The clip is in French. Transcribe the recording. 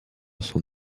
son